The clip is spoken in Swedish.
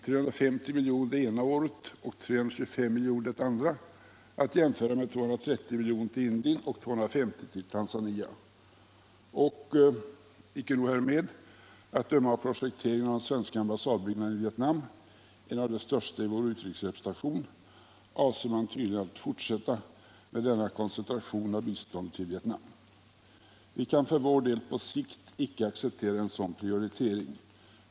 350 miljoner det ena året och 325 miljoner det andra, att jämföra med 230 miljoner till Indien och 250 miljoner till Tanzania. Och icke nog härmed. Att döma av projekteringen av den svenska ambassadbyggnaden i Vietnam — en av de största i vår utrikesrepresentation —- avser man tydligen att fortsätta med denna koncentration av bistånd till Vietnam. Vi moderater kan för vår del på sikt icke acceptera en sådan prioritering.